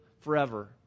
forever